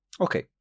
Okay